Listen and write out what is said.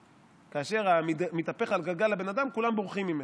כאשר מתהפך הגלגל לבן אדם כולם בורחים ממנו.